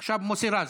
עכשיו מוסי רז.